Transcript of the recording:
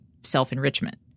self-enrichment